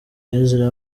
ezra